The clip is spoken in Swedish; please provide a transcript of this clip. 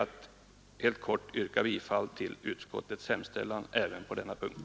Jag yrkar bifall till utskottets hemställan även på denna punkt.